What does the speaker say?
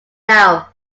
now